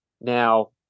now